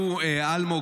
ואלמוג,